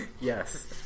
Yes